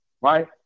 right